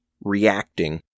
reacting